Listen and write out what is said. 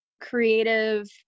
Creative